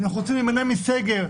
אנחנו רוצים להימנע מסגר,